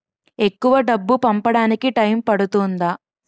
ఎక్కువ డబ్బు పంపడానికి టైం పడుతుందా?